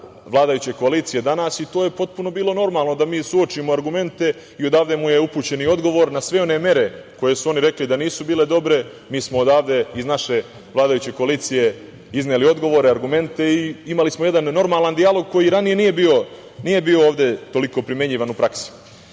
vladajuće koalicije danas, i to je bilo potpuno normalno da mi suočimo argumente i odavde mu je upućen odgovor na sve one mere za koje su oni rekli da nisu bile dobre. Mi ovde iz naše vladajuće koalicije izneli odgovore, argumente i imali smo jedan normalan dijalog koji ranije ovde nije bio primenjivan u praksi. Kada